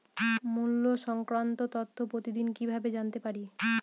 মুল্য সংক্রান্ত তথ্য প্রতিদিন কিভাবে জানতে পারি?